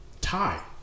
tie